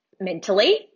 mentally